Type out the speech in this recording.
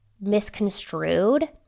misconstrued